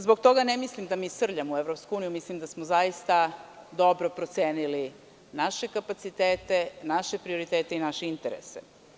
Zbog toga ne mislim da mi srljamo u EU, već mislim da smo zaista dobro procenili naše kapacitete, naše prioritete i naše interese.